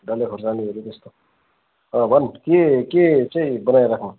डल्ले खार्सानीहरू जस्तो अँ भन् के के चाहिँ बनाइराख्नु